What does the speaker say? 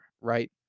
right